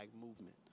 movement